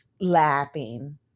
laughing